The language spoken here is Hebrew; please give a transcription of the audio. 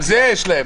גם זה יש להם.